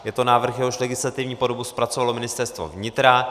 Je to návrh, jehož legislativní podobu zpracovalo Ministerstvo vnitra.